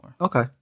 Okay